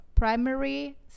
primary